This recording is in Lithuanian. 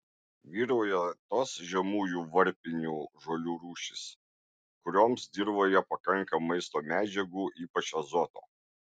vyrauja tos žemųjų varpinių žolių rūšys kurioms dirvoje pakanka maisto medžiagų ypač azoto